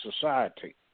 society